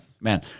man